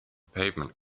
pavement